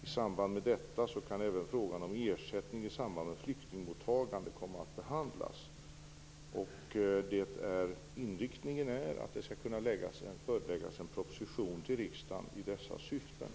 I samband med detta kan även ersättning vid flyktingmottagande komma att behandlas. Inriktningen är att en proposition med dessa syften skall kunna föreläggas riksdagen.